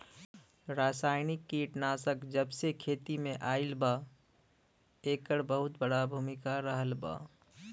रासायनिक कीटनाशक जबसे खेती में आईल बा येकर बहुत बड़ा भूमिका रहलबा